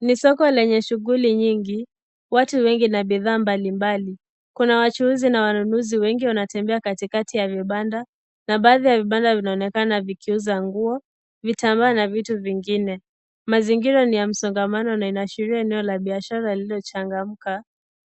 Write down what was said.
Ni soko lenye shughuli nyingi, watu wengi na bidhaa mbalimbali, kuna wachuuzi na wanunuzi wengi wanatembea katikati ya vibanda na baadhi ya vibanda vinaonekana vikiuza nguo, vitambaa na vitu vingine, mazingira ni ya msongamano na inaashiria eneo la biashara lililochangamka,